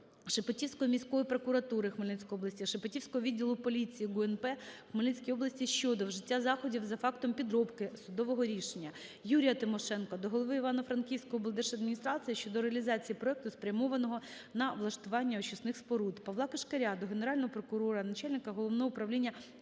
Шепетівської міської прокуратури Хмельницької області, Шепетівського відділу поліції ГУНП в Хмельницькій області щодо вжиття заходів за фактом підробки судового рішення. Юрія Тимошенка до голови Івано-Франківської облдержадміністрації щодо реалізації проекту, спрямованого на влаштування очисних споруд. Павла Кишкаря до Генерального прокурора, начальника Головного управління